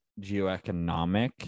geoeconomic